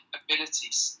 abilities